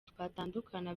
twatandukanye